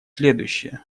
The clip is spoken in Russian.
следующее